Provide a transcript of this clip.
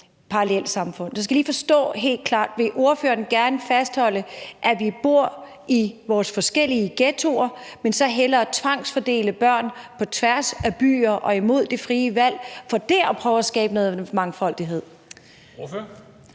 Jeg skal lige forstå det helt klart: Vil ordføreren gerne fastholde, at vi bor i vores forskellige ghettoer, og så hellere tvangsfordele børn på tværs af byer og imod det frie valg for dér at prøve at skabe noget mangfoldighed?